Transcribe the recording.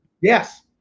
Yes